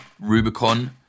Rubicon